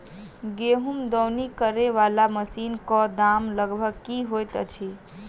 गेंहूँ दौनी करै वला मशीन कऽ दाम लगभग की होइत अछि?